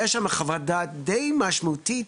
הייתה שם חוות דעת די משמעותית.